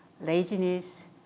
laziness